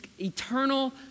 eternal